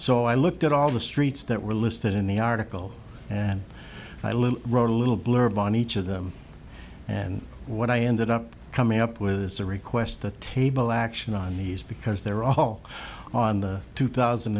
so i looked at all the streets that were listed in the article and i live wrote a little blurb on each of them and what i ended up coming up with is a request the table action on these because they're all on the two thousand